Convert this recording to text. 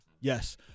Yes